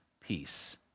peace